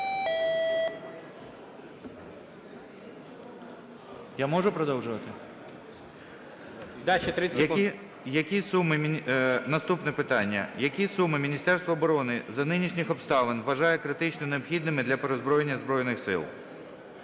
Які суми... Наступне питання. Які суми Міністерство оборони за нинішніх обставин вважає критично необхідними для переозброєння Збройних Сил?